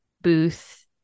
Booth